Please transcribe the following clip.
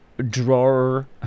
drawer